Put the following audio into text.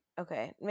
Okay